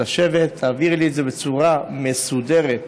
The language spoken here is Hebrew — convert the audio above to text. לשבת ולהעביר לי את זה בצורה מסודרת,